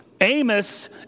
Amos